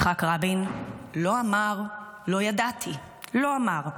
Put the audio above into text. יצחק רבין לא אמר: לא ידעתי, לא אמר,